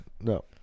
No